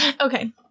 Okay